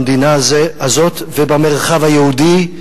במדינה הזאת ובמרחב היהודי.